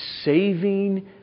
saving